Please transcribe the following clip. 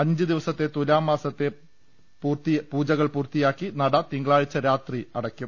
അഞ്ച് ദിവസത്തെ തുലാം മാസത്തെ പൂർത്തിയാക്കി നട തിങ്കളാഴ്ച രാത്രി അടയ്ക്കും